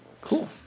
cool